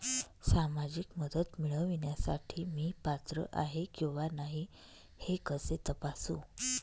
सामाजिक मदत मिळविण्यासाठी मी पात्र आहे किंवा नाही हे कसे तपासू?